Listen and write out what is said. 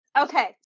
Okay